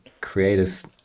creative